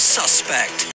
suspect